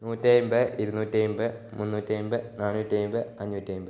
നൂറ്റി അമ്പത് ഇരുനൂറ്റി അമ്പത് മുന്നൂറ്റി അമ്പത് നാണൂറ്റി അമ്പത് അഞ്ഞൂറ്റി അമ്പത്